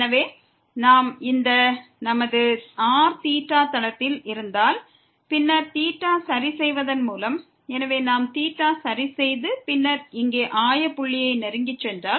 எனவே நாம் இந்த நமது r தளத்தில் இருந்தால் பின்னர் θவை சரி செய்வதன் மூலம் பெறலாம் எனவே நாம் θவை சரி செய்து பின்னர் இங்கே ஆய புள்ளியை நெருங்கி சென்றால்